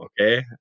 okay